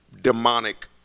demonic